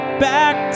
back